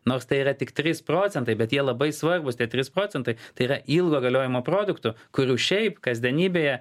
nors tai yra tik trys procentai bet jie labai svarbūs tie trys procentai tai yra ilgo galiojimo produktų kurių šiaip kasdienybėje